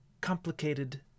complicated